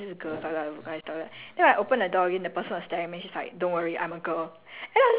and then I like walk out and then I check the door sign again sia I was like wait is this girls' toilet or guys' toilet